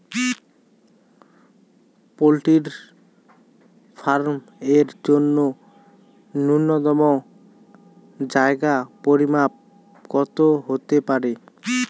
Poultry farm এর জন্য নূন্যতম জায়গার পরিমাপ কত হতে পারে?